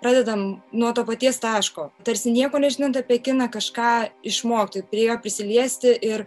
pradedam nuo to paties taško tarsi nieko nežinant apie kiną kažką išmokti prie jo prisiliesti ir